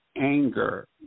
anger